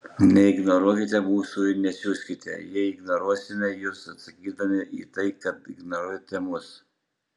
neignoruokite mūsų ir nesiuskite jei ignoruosime jus atsakydami į tai kad ignoruojate mus